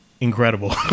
incredible